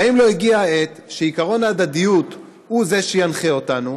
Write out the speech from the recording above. האם לא הגיעה העת שעקרון ההדדיות הוא שינחה אותנו